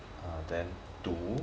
err then two